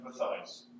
empathize